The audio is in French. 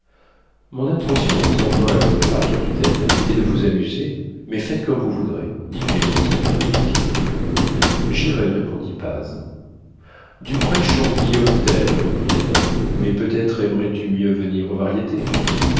mon intention en vous emmenant à l'opéra capitaine était de vous amuser mais faites comme vous voudrez dit clémentine un peu piquée j'irai répondit paz duprez chante guillaume tell reprit adam mais peut-être aimerais-tu mieux venir aux